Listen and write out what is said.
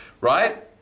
right